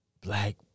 black